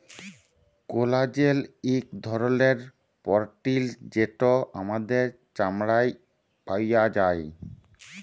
collagen ইক ধরলের পরটিল যেট আমাদের চামড়ায় পাউয়া যায়